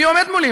מי עומד מולי,